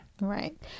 right